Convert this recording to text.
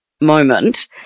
moment